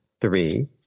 three